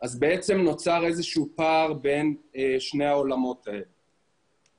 בעצם נוצר איזשהו פער בין שני העולמות האלה.